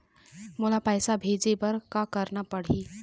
मोला पैसा भेजे बर का करना पड़ही?